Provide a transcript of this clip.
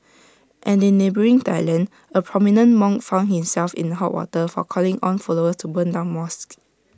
and in neighbouring Thailand A prominent monk found himself in A hot water for calling on followers to burn down mosques